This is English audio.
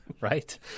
Right